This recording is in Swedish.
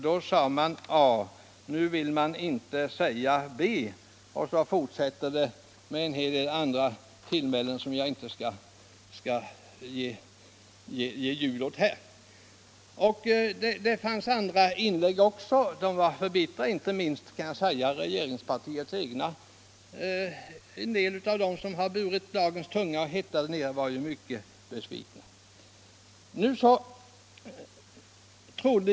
Då sa man A. Nu vill man inte säga B.” Och så fortsätter insändaren med ytterligare en del tillmälen som jag inte skall upprepa. Det har också förekommit andra inlägg. Inte minst en del av rege ringspartiets egna representanter, som burit tungan där nere, var mycket besvikna.